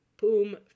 boom